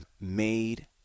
made